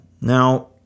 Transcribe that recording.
Now